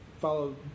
follow